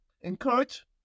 encourage